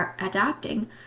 adapting